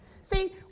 See